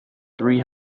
three